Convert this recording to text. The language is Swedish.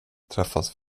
träffas